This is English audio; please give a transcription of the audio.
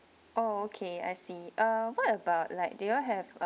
oh okay I see uh what about like do you all have uh